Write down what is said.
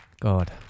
God